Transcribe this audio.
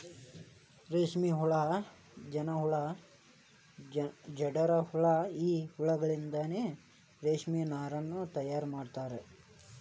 ರೇಷ್ಮೆಹುಳ ಜೇನಹುಳ ಜೇಡರಹುಳ ಈ ಹುಳಗಳಿಂದನು ರೇಷ್ಮೆ ನಾರನ್ನು ತಯಾರ್ ಮಾಡ್ತಾರ